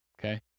okay